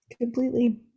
completely